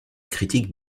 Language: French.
critiques